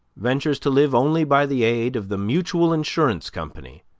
ventures to live only by the aid of the mutual insurance company,